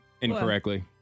incorrectly